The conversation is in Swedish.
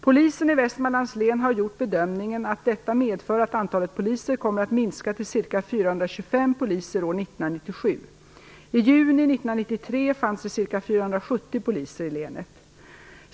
Polisen i Västmanlands län har gjort bedömningen att detta medför att antalet poliser kommer att minska till ca 425 år 1997. I juni 1993 fanns det ca 470 poliser i länet.